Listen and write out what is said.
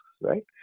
right